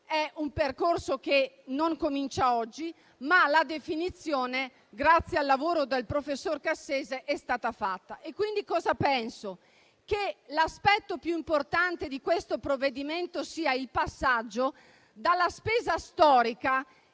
un percorso che non comincia oggi, ma la definizione, grazie al lavoro del professor Cassese, è stata fatta. Penso che l'aspetto più importante del provvedimento sia il passaggio dalla spesa storica,